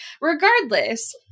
Regardless